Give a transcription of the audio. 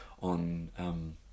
on